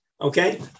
Okay